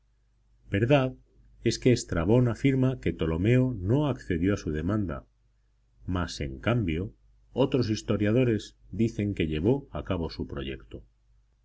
verdad es que estrabón afirma que tolomeo no accedió a su demanda mas en cambio otros historiadores dicen que llevó a cabo su proyecto